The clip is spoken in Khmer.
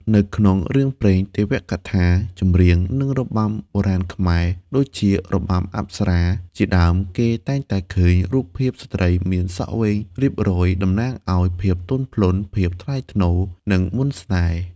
នៅក្នុងរឿងព្រេង ទេវកថា ចម្រៀង និងរបាំបុរាណខ្មែរ ដូចជា របាំអប្សរា ជាដើម គេតែងតែឃើញរូបភាពស្ត្រីមានសក់វែងរៀបរយ តំណាងឱ្យ ភាពទន់ភ្លន់ ភាពថ្លៃថ្នូរ និងមន្តស្នេហ៍។